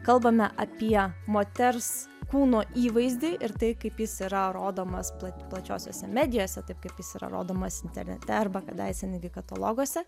kalbame apie moters kūno įvaizdį ir tai kaip jis yra rodomas plat plačiosiose medijose taip kaip jis yra rodomas internete arba kadaise netgi kataloguose